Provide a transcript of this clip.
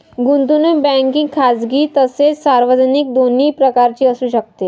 गुंतवणूक बँकिंग खाजगी तसेच सार्वजनिक दोन्ही प्रकारची असू शकते